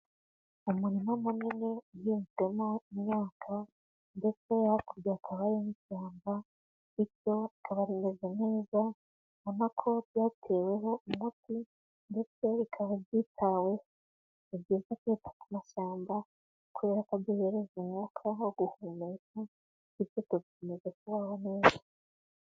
Umurima munini uhizwemo imyakaka, ndetse hakurya hakaba n'ishyamba, bityo rikaba rimeze neza, ubona ko ryateweho umuti ndetse rikaba ryitaweho, ni byiza kwita ku mashyamba kubera ko aduhereza umwuka wo guhumeka, ndetse tugakomeza kubaho neza.